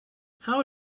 how